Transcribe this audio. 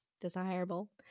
Desirable